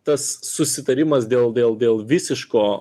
tas susitarimas dėl dėl dėl visiško